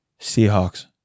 Seahawks